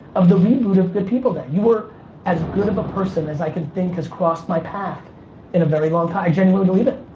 of the re-boot of good people day. you are as good of a person as i can think has crossed my path in a very long time. i genuinely believe it.